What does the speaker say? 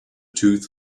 tooth